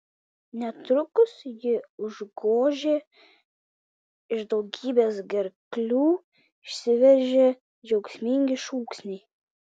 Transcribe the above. netrukus jį užgožė iš daugybės gerklių išsiveržę džiaugsmingi šūksniai